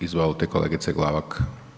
Izvolite kolegice Glavak.